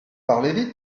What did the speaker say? parlez